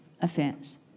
offense